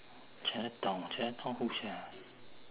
chinatown chinatown who sia